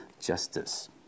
justice